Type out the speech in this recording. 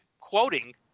quoting